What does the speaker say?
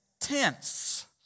tents